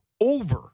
over